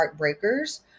Heartbreakers